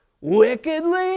Wickedly